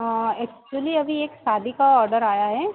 हाँ एक्चुली अभी एक शादी का ऑडर आया है